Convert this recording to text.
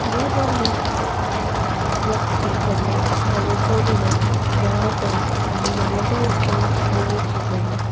ह्या धर्मीक व्यक्ती कडल्यान हांवें करुणा दयाळपण आनी नम्रतायेचें मोल शिकयलां